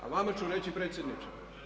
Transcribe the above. A vama ću reći predsjedniče.